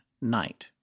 night